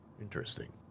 Interesting